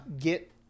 get